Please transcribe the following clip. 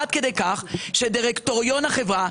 עד כדי כך שדירקטוריון החברה,